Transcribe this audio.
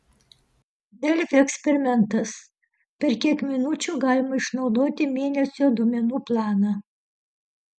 delfi eksperimentas per kiek minučių galima išnaudoti mėnesio duomenų planą